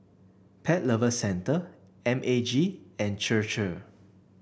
Pet Lover Centre M A G and Chir Chir